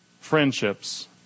friendships